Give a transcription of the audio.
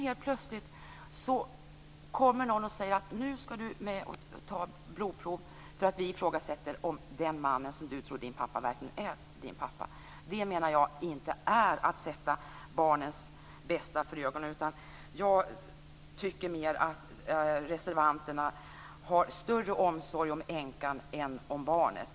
Helt plötsligt kommer någon och säger att jag skall med på blodprovstagning därför att man ifrågasätter att den man som jag tror är min pappa verkligen är min pappa. Det är, menar jag, inte att ha barnets bästa för ögonen. Jag tycker att reservanterna har större omsorg om änkan än om barnet.